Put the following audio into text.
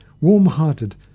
warm-hearted